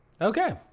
Okay